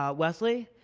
ah wesley,